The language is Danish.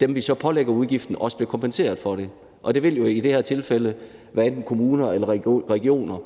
dem, vi pålægger udgiften, også bliver kompenseret for den. Det vil jo i det her tilfælde være enten kommunerne eller regionerne.